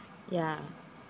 ya